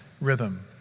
rhythm